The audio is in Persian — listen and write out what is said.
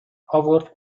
هاورد